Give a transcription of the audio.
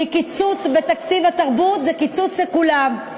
כי קיצוץ בתקציב התרבות זה קיצוץ לכולם,